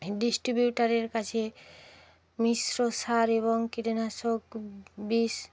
ডিস্ট্রিবিউটারের কাছে মিশ্র সার এবং কীটনাশক বিষ